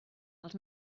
els